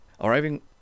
Arriving